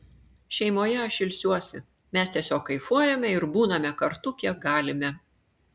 šeimoje aš ilsiuosi mes tiesiog kaifuojame ir būname kartu kiek galime